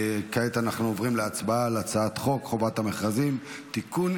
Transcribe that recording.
כעת אנחנו עוברים להצבעה על הצעת חוק חובת המכרזים (תיקון,